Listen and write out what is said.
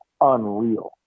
unreal